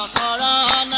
da da